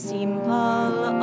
Simple